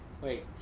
Wait